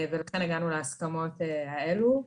ולכן הגענו להסכמות האלו.